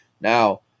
now